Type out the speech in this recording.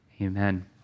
Amen